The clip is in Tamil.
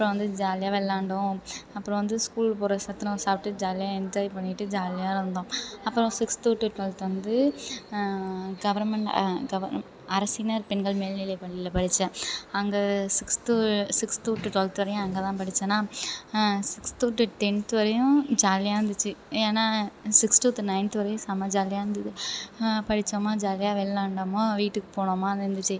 அப்புறம் வந்து ஜாலியாக விளாண்டோம் அப்புறம் வந்து ஸ்கூலில் போடுற சத்துணவு சாப்பிட்டு ஜாலியாக என்ஜாய் பண்ணிவிட்டு ஜாலியாக இருந்தோம் அப்புறம் சிக்ஸ்த்து டு டுவெல்த் வந்து கவர்மெண்ட் கவ அரசினர் பெண்கள் மேல்நிலைப் பள்ளியில் படித்தேன் அங்கே சிக்ஸ்த்து சிக்ஸ்த்து டு டுவெல்த் வரையும் அங்கே தான் படித்தேனா சிக்ஸ்த்து டு டென்த் வரையும் ஜாலியாக இருந்துச்சு ஏன்னா சிக்ஸ்த் டு நைன்த்து வரையும் செம்ம ஜாலியாக இருந்தது படித்தோமா ஜாலியாக விளாண்டோமா வீட்டுக்குப் போனோமான்னு இருந்துச்சு